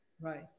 Right